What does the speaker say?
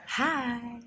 hi